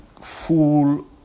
full